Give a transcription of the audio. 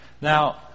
Now